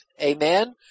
amen